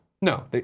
No